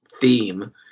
theme